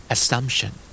Assumption